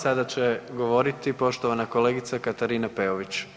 Sada će govoriti poštovana kolegica Katarina Peović.